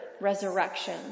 resurrection